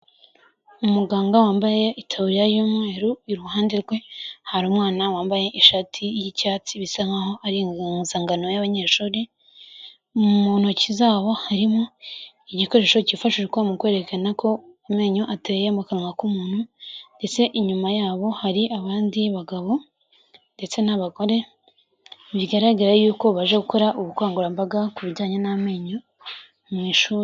Umuganga wambaye itaburiya y'umweru, iruhande rwe hari umwana wambaye ishati y'icyatsi bisa nkaho ari impuzangano y'abanyeshuri, mu ntoki zabo harimo igikoresho cyifashishwa mu kwerekana uko amenyo ateye mu kanwa k'umuntu, ndetse inyuma yabo hari abandi bagabo ndetse n'abagore, bigaragara yuko baje gukora ubukangurambaga ku bijyanye n'amenyo mu ishuri.